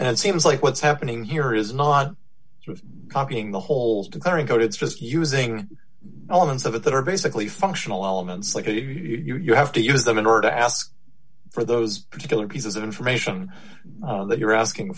environment seems like what's happening here is not copying the whole declaring code it's just using elements of it that are basically functional elements like your have to use them in order to ask for those particular pieces of information that you're asking